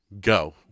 go